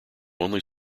only